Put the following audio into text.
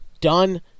done